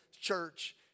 church